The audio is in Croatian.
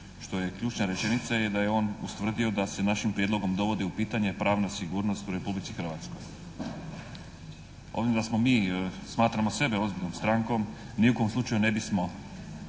što je ključna rečenica je da je on ustvrdio da se našim prijedlogom dovodi u pitanje pravna sigurnost u Republici Hrvatskoj. Obzirom da smo mi, smatramo sebe ozbiljnom strankom, ni u kojem slučaju ne bismo